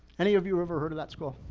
any of you ever heard of that school?